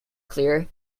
clear